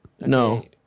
No